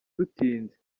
dutinze